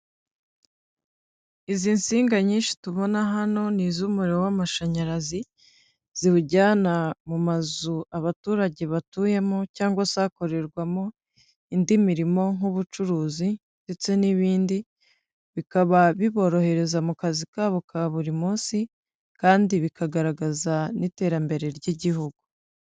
Izi nsinga nyinshi tubona hano ni iz'umuriro w'amashanyaraz, ziwujyana mu mazu abaturage batuyemo cyangwa se akorerwamo indi mirimo nk'ubucuruzi ndetse n'ibindi, bikaba biborohereza mu kazi kabo ka buri munsi kandi bikagaragaza n'iterambere ry'igihugu.